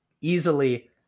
easily